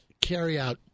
carryout